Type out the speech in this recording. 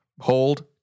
hold